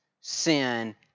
sin